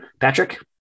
Patrick